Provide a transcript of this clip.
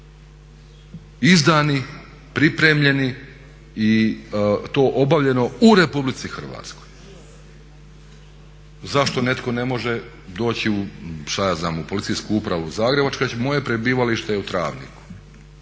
izdani, pripremljeni i to obavljeno u Republici Hrvatskoj? Zašto netko ne može doći u, šta ja znam, u Policijsku upravu Zagrebačku i reći moje prebivalište je u Travniku